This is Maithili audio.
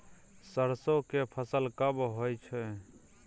सरसो के फसल कब होय छै?